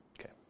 Okay